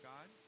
God